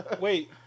Wait